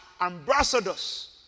ambassadors